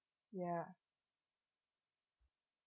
ya